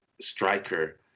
striker